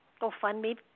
GoFundMe